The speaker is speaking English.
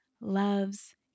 loves